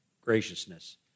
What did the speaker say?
graciousness